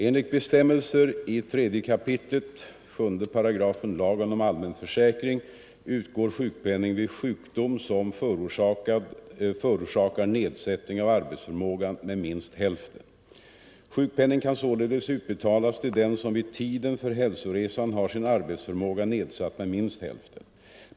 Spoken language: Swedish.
Enligt bestämmelser i 3 kap. 7§ lagen om allmän försäkring utgår sjukpenning vid sjukdom som förorsakar nedsättning av arbetsförmågan med minst hälften. Sjukpenning kan således utbetalas till den som vid tiden för hälsoresan har sin arbetsförmåga nedsatt med minst hälften.